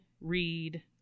read